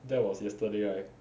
that was yesterday right